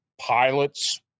Pilots